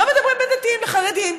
לא אומרים בין דתיים לחרדים,